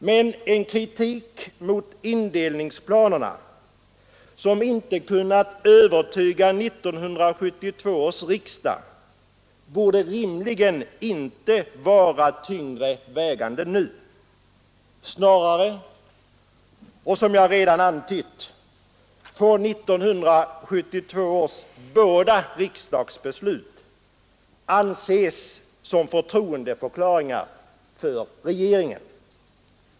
Men en kritik mot indelningsplanerna som inte kunnat övertyga 1972 års riksdag borde rimligen inte vara tyngre vägande nu. Snarare får — som jag redan antytt — 1972 års bäda riksdagsbeslut anses som förtroendeförklaringar för regeringen.